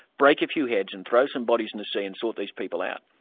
break a few heads and throw some bodies in the sea and sort these people out.